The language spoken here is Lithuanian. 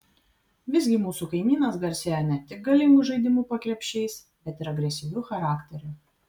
visgi mūsų kaimynas garsėjo ne tik galingu žaidimu po krepšiais bet ir agresyviu charakteriu